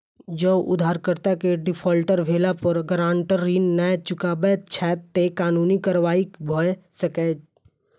जौं उधारकर्ता के डिफॉल्टर भेला पर गारंटर ऋण नै चुकबै छै, ते कानूनी कार्रवाई भए सकैए